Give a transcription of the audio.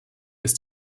ist